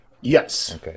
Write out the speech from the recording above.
Yes